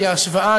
כי ההשוואה,